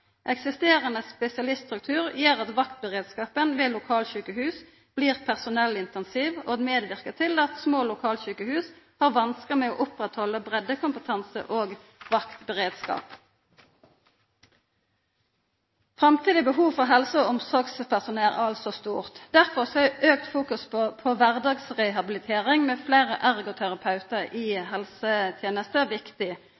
Eksisterande spesialiststruktur gjer at vaktberedskapen ved lokalsjukehus blir personellintensiv, og medverkar til at små lokalsjukehus har vanskar med å oppretthalda breiddkompetanse og vaktberedskap. Det framtidige behovet for helse- og omsorgspersonell er altså stort. Derfor er auka fokus på kvardagsrehabilitering, med fleire